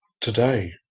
today